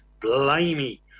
blimey